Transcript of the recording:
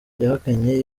yahakanye